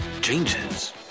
changes